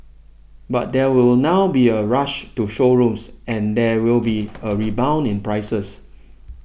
but there will now be a rush to showrooms and there will be a rebound in prices